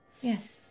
Yes